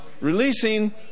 Releasing